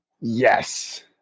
Yes